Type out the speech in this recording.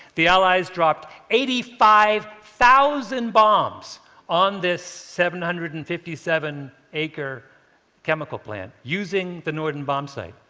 the allies dropped eighty five thousand bombs on this seven hundred and fifty seven acre chemical plant, using the norden bombsight.